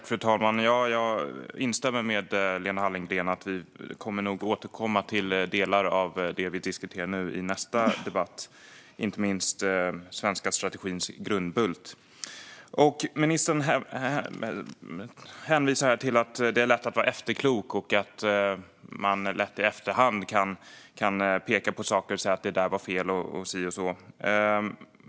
Fru talman! Jag instämmer med Lena Hallengren i att vi nog kommer att återkomma till delar av det vi diskuterar nu i nästa debatt, inte minst den svenska strategins grundbult. Ministern hänvisar till att det är lätt att vara efterklok och att man i efterhand lätt kan peka på saker och säga att det var fel och si och så.